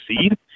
seed